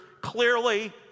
Clearly